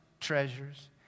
treasures